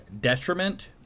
detriment